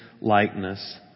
likeness